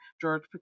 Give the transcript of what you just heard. George